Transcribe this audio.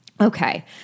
Okay